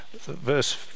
verse